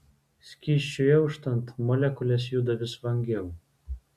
skysčiui auštant molekulės juda vis vangiau